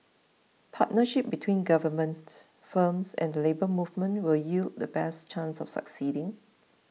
partnership between government firms and the Labour Movement will yield the best chance of succeeding